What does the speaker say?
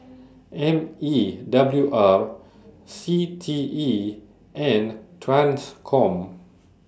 M E W R C T E and TRANSCOM